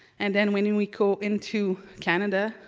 and then when and we go into canada,